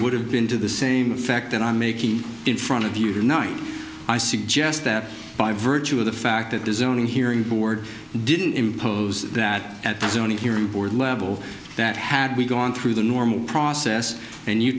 would have been to the same effect that i'm making in front of you tonight i suggest that by virtue of the fact that the zoning hearing board didn't impose that at the zoning hearing board level that had we gone through the normal process and you